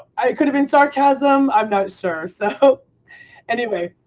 it could have been sarcasm, i'm not sure. so anyway,